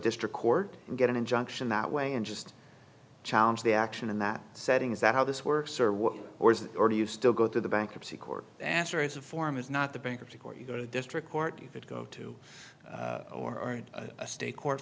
district court and get an injunction that way and just challenge the action in that setting is that how this works or what or is it or do you still go to the bankruptcy court answer is a form is not the bankruptcy court you go to district court you could go to or in a state court